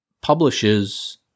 publishes